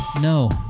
No